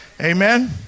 Amen